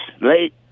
Late